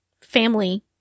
family